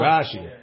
Rashi